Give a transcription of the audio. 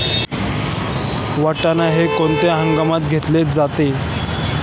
वाटाणा हा कोणत्या हंगामात घेतला जातो?